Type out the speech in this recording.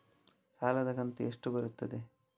ಸಾಲದ ಕಂತು ಎಷ್ಟು ಬರುತ್ತದೆ?